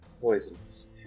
poisonous